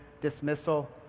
dismissal